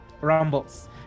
Rumbles